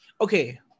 Okay